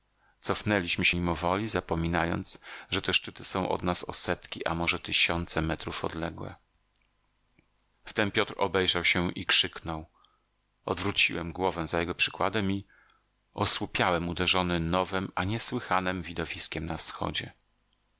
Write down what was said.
nami cofnęliśmy się mimowoli zapominając że te szczyty są od nas o setki a może tysiące metrów odległe wtem piotr obejrzał się i krzyknął odwróciłem głowę za jego przykładem i osłupiałem uderzony nowem a niesłychanem widowiskiem na wschodzie